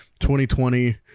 2020